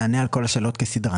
נענה על כל השאלות כסדרן,